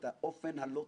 אני שומע